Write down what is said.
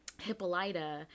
Hippolyta